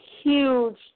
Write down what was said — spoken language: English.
huge